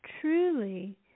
truly